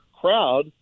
crowd